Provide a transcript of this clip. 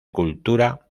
cultura